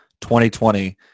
2020